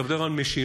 אתה מדבר על משילות?